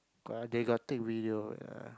got ah they got take video wait ah